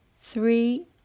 three